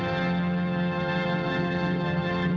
and